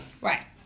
Right